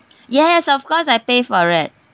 yes of course I pay for it